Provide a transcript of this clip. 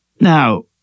Now